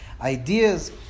ideas